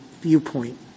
viewpoint